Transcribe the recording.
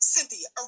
Cynthia